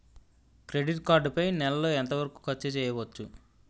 Credit card పై నెల లో ఎంత వరకూ ఖర్చు చేయవచ్చు?